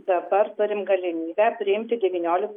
dabar turim galimybę priimti devyniolika